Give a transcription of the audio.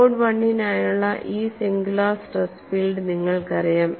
mode I നായുള്ള ഈ singular stress field നിങ്ങൾക്കറിയാം